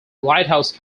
lighthouse